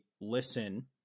listen